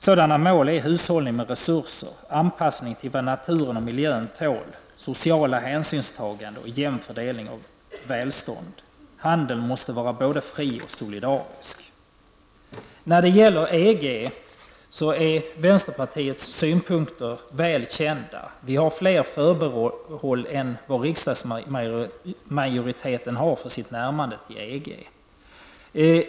Sådana mål är hushållning med resurser, anpassning till vad naturen och miljön tål, sociala hänsynstaganden och jämn fördelning av välstånd. Handeln måste vara både fri och solidarisk! Vänsterpartiets synpunkter när det gäller EG är väl kända. Vi har fler förbehåll än vad riksdagsmajoriteten har för sitt närmande till EG.